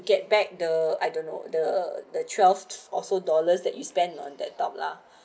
get back the I don't know the the twelfth also dollars that you spend on the top lah